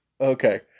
Okay